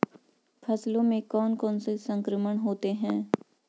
फसलों में कौन कौन से संक्रमण होते हैं?